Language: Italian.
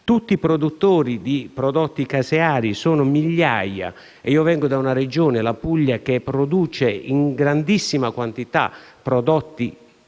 e i produttori di prodotti caseari sono migliaia. Vengo da una Regione, la Puglia, che produce in notevole quantità prodotti